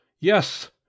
yes